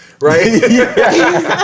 Right